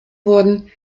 wurden